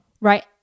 Right